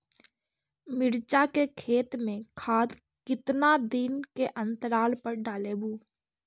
मिरचा के खेत मे खाद कितना दीन के अनतराल पर डालेबु?